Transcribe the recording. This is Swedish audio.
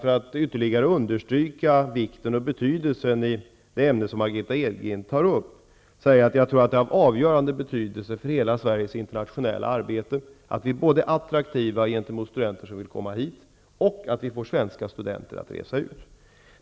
För att ytterligare understryka vikten av det ämne Margitta Edgren tar upp vill jag säga att det är av avgörande betydelse för hela Sveriges internationella arbete både att vi är attraktiva för studenter som vill komma hit och att vi får svenska studenter att resa ut.